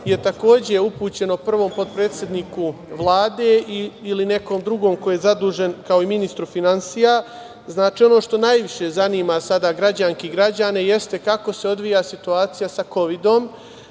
je takođe upućeno prvom potpredsedniku Vlade ili nekom drugom ko je zadužen, kao i ministru finansija. Znači, ono što najviše zanima sada građanke i građane jeste kako se odvija situacija sa kovidom?